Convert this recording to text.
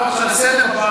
אתה לא רוצה לשמוע.